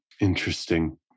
Interesting